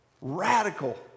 Radical